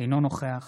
אינו נוכח